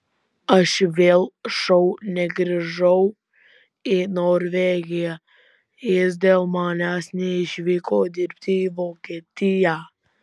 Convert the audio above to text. aš dėl šou negrįžau į norvegiją jis dėl manęs neišvyko dirbti į vokietiją